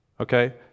Okay